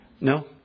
No